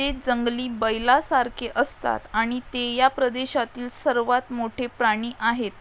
ते जंगली बैलासारखे असतात आणि ते या प्रदेशातील सर्वात मोठे प्राणी आहेत